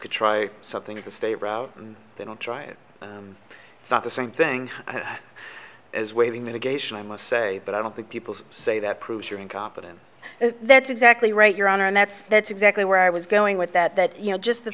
could try something at the state and they will try it but it's not the same thing as waving mitigation i must say but i don't think people say that proves you're incompetent that's exactly right your honor and that's that's exactly where i was going with that that you know just